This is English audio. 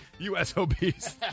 USOBs